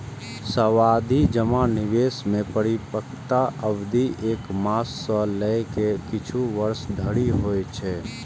सावाधि जमा निवेश मे परिपक्वता अवधि एक मास सं लए के किछु वर्ष धरि होइ छै